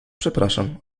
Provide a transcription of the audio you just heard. przepraszam